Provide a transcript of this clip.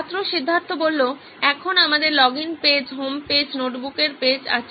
ছাত্র সিদ্ধার্থ এখন আমাদের লগইন পেজ হোমপেজ নোটবুকের পেজ আছে